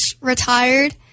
retired